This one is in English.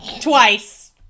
Twice